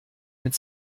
mit